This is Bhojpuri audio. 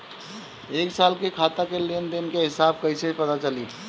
एक साल के खाता के लेन देन के हिसाब कइसे पता चली?